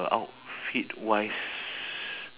outfit-wise